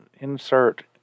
insert